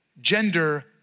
gender